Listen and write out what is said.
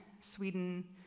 Sweden